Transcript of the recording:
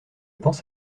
pense